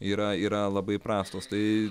yra yra labai prastos tai